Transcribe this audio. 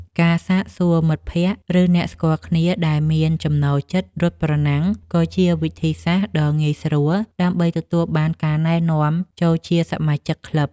ការសាកសួរមិត្តភក្តិ ឬអ្នកស្គាល់គ្នាដែលមានចំណូលចិត្តរត់ប្រណាំង ក៏ជាវិធីសាស្ត្រដ៏ងាយស្រួលដើម្បីទទួលបានការណែនាំចូលជាសមាជិកក្លឹប។